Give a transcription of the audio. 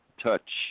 touch